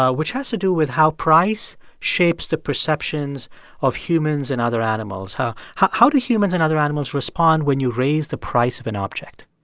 ah which has to do with how price shapes the perceptions of humans and other animals. how how do humans and other animals respond when you raise the price of an object?